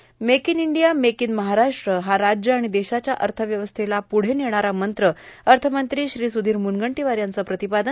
make in India make in Maharashtra हा राज्य आर्मण देशाच्या अथव्यवस्थेला प्रढं नेणारा मंत्र अथमंत्री श्री सुधीर मुनगंटोवार यांचं प्रातपादन